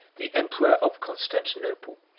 the emperor of constantinople,